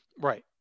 Right